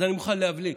אז אני מוכן להבליג.